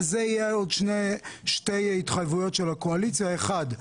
על זה יהיו עוד שתי התחייבויות של הקואליציה: האחת,